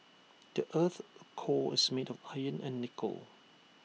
the Earth's core is made of iron and nickel